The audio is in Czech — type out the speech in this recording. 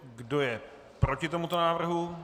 Kdo je proti tomuto návrhu?